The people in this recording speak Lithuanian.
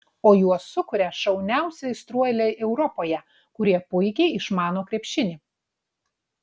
o juos sukuria šauniausi aistruoliai europoje kurie puikiai išmano krepšinį